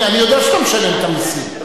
אני יודע שאתה משלם את המסים.